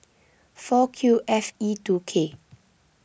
four Q F E two K